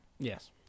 Yes